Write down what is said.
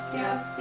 yes